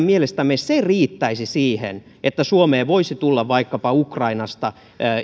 mielestämme se riittäisi siihen että suomeen voisi tulla vaikkapa ukrainasta